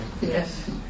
Yes